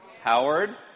Howard